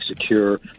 secure